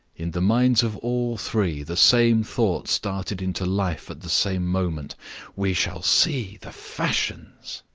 in the minds of all three the same thought started into life at the same moment we shall see the fashions!